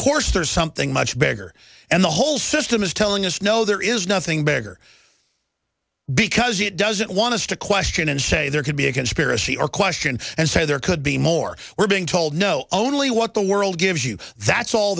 course there's something much bigger and the whole system is telling us no there is nothing bigger because it doesn't want us to question and say there could be a conspiracy or question and say there could be more we're being told no only what the world gives you that's all